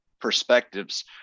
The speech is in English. perspectives